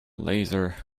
laser